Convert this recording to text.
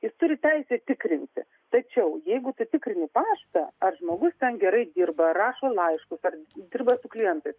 jis turi teisę tikrinti tačiau jeigu tu tikrini paštą ar žmogus ten gerai dirba rašo laiškus ar dirba su klientais